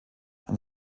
ein